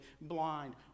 blind